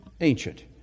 ancient